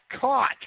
caught